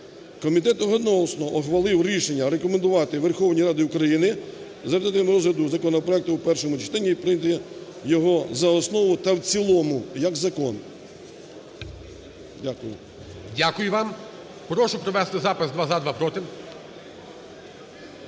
Комітет одноголосно ухвалив рішення рекомендувати Верховній Раді України за результатами розгляду законопроекту у першому читанні прийняти його за основу та в цілому як закон. Дякую. ГОЛОВУЮЧИЙ. Дякую вам. Прошу провести запис: два – за,